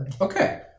Okay